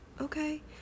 okay